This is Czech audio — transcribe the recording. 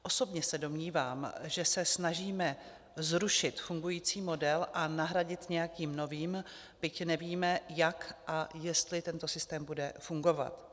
Osobně se domnívám, že se snažíme zrušit fungující model a nahradit nějakým novým, byť nevíme, jak a jestli tento systém bude fungovat.